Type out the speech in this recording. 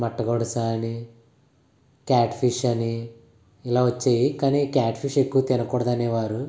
మట్టగుడిస అని క్యాట్ఫిష్ అని ఇలా వచ్చేవి కానీ క్యాట్ఫిష్ ఎక్కువ తినకూడదు అనేవారు